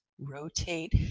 Rotate